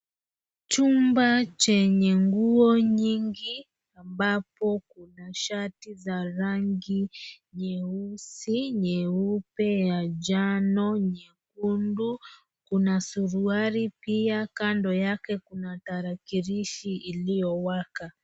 Chumba chenye nguo nyingi ambapo kuna shati za rangi nyeusi, nyeupe, ya njano, nyekundu, kuna suruali pia kando yake kuna tarakilishi iliyowaka.